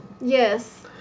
Yes